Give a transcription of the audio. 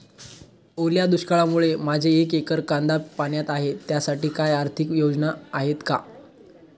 ओल्या दुष्काळामुळे माझे एक एकर कांदा पाण्यात आहे त्यासाठी काही आर्थिक योजना आहेत का?